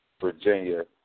Virginia